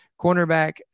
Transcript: cornerback